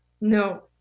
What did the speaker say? No